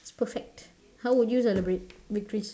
it's perfect how would you celebrate victories